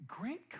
Great